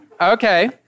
Okay